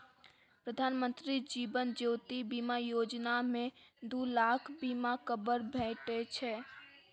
प्रधानमंत्री जीबन ज्योती बीमा योजना मे दु लाखक बीमा कबर भेटै छै